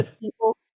people